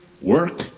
work